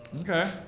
okay